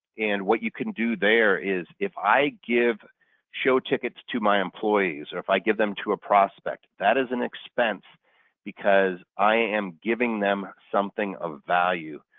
and what you can do there is if i give show tickets to my employees or if i give them to a prospect, that is an expense because i am giving them something of value.